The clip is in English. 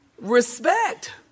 Respect